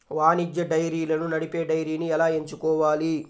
వాణిజ్య డైరీలను నడిపే డైరీని ఎలా ఎంచుకోవాలి?